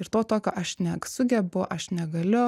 ir to tokio aš nesugebu aš negaliu